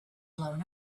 blown